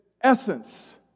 essence